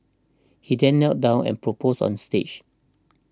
he then knelt down and proposed on stage